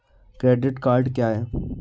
Credit card क्या है?